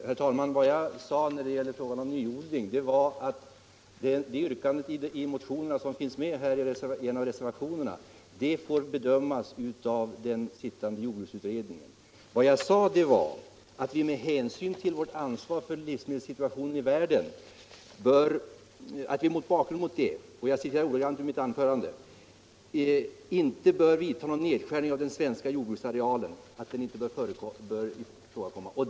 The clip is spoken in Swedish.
Herr talman! Vad jag sade i frågan om nyodling var att det motionsyrkande som finns med i en av reservationerna får bedömas av den sittande jordbruksutredningen. Vidare sade jag att med hänsyn till vårt ansvar för livsmedelssituationen i världen ”någon nedskärning av den svenska jordbruksarealen inte bör ifrågakomma”.